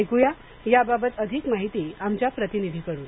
ऐक्या याबाबत अधिक माहिती आमच्या प्रतिनिधीकडून